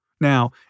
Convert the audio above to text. Now